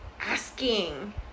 asking